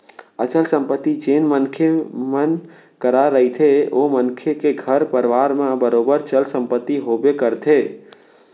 अचल संपत्ति जेन मनखे मन करा रहिथे ओ मनखे के घर परवार म बरोबर चल संपत्ति होबे करथे